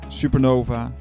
supernova